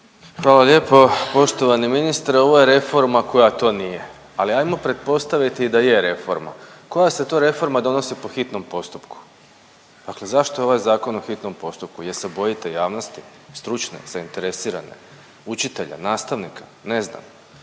Hvala lijepo. Poštovani ministre ovo je reforma koja to nije, ali ajmo pretpostaviti da je reforma. Koja se to reforma donosi po hitnom postupku? Dakle, zašto je ovaj zakon u hitnom postupku? Jer se bojite javnosti stručne, zainteresirane, učitelja, nastavnika? Ne znam.